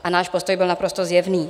A náš postoj byl naprosto zjevný.